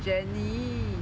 jennie